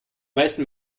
meisten